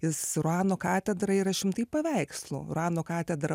jis ruano katedra yra šimtai paveikslų ruano katedra